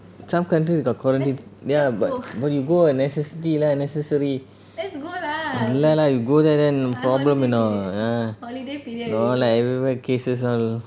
some country got quarantine ya but but you go unnecessary lah necessary இல்ல இல்ல:illa illa you go there then problem you know ah no lah everywhere cases all